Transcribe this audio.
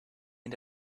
end